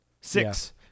six